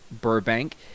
Burbank